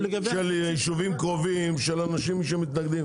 של יישובים קרובים, של אנשים שמתנגדים.